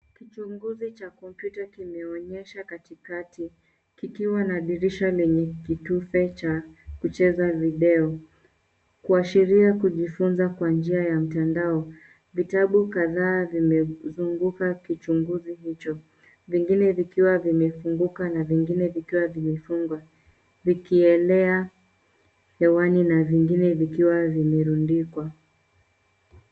Kichunguzi cha kompyuta kimeonyesha katikati, kikiwa na dirisha lenye kitufe cha kucheza video, kuashiria kujifunza kwa njia ya mtandao. Vitabu kadhaa vimezunguka kichunguzi hicho, vingine vikiwa vimefunguka na vingine vikawa vimefungwa, vikielea hewani na vingine vikiwa vimerundikwa.